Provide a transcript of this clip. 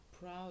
proud